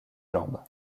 jambes